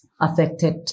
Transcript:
affected